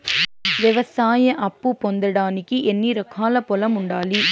వ్యవసాయ అప్పు పొందడానికి ఎన్ని ఎకరాల పొలం ఉండాలి?